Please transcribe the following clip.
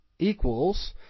equals